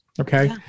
Okay